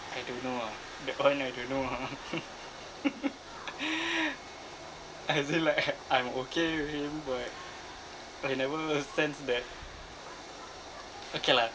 I don't know ah that [one] I don't know ah as in like I'm okay with him but but he never sense that okay lah